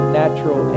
natural